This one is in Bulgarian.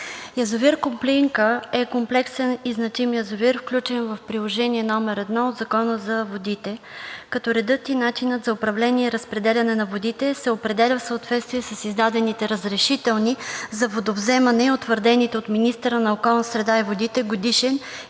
язовир „Копринка“ е комплексен и значим язовир, включен в Приложение № 1 от Закона за водите, като редът и начинът за управление и разпределяне на водите се определя в съответствие с издадените разрешителни за водовземане и утвърдените от министъра на околната среда и водите годишен и